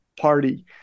party